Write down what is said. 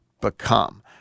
become